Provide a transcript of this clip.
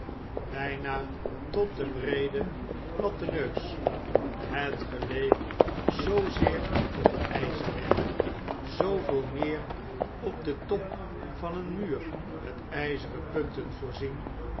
bijna tot den breeden platten neus het geleek zoozeer op jjzerwerk zooveel meer op den top van een muur met u'zeren punten voorzien